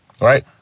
Right